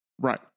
Right